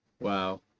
Wow